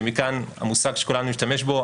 ומכאן המושג שכולנו נשתמש בו,